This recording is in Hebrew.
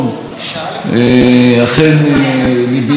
כי אחרי הנאום העוצמתי של ראש הממשלה,